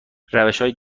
روشهای